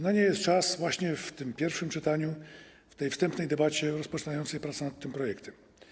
Na nie jest czas właśnie w pierwszym czytaniu, we wstępnej debacie rozpoczynającej pracę nad tym projektem.